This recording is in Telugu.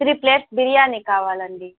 త్రీ ప్లేట్స్ బిర్యానీ కావాలండీ